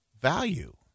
value